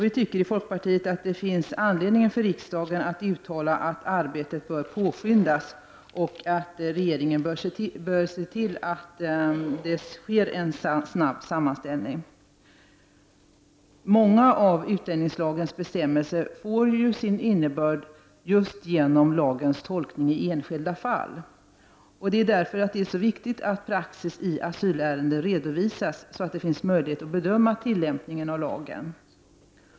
Vi tycker i folkpartiet att det finns anledning för riksdagen att uttala att arbetet bör påskyndas och att regeringen bör se till att så sker. En sammanställning bör göras snabbt. Många av utlänningslagens bestämmelser får sin innebörd just genom lagens tolkning i enskilda fall. Det är viktigt att praxis i asylärenden redovisas så att det finns möjlighet att bedöma tillämpningen av lagen.